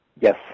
Yes